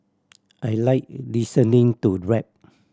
I like listening to rap